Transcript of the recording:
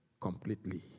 completely